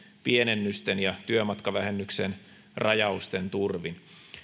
pienennysten ja työmatkavähennysten rajausten turvin